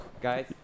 Guys